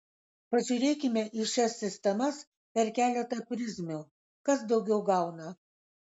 pažiūrėkime į šias sistemas per keletą prizmių kas daugiau gauna